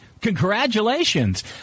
Congratulations